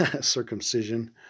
circumcision